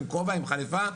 עם כובע וחליפה.